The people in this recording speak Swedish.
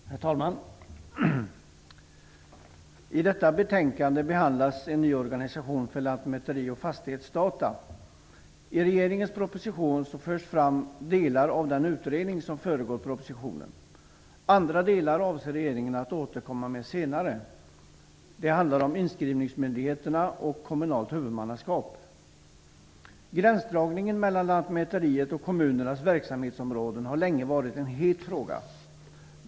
Herr talman! I detta betänkande behandlas en ny organisation för lantmäteri och fastighetsdataverksamhet. I regeringens proposition förs delar av den utredning som föregått propositionen fram. Andra delar avser regeringen att återkomma med senare. Det handlar om inskrivningsmyndigheterna och om kommunalt huvudmannaskap. Gränsdragningen mellan lantmäteriets och kommunernas verksamhetsområden har länge varit en het fråga.